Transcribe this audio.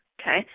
Okay